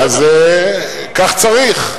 אז כך צריך.